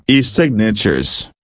E-signatures